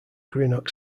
greenock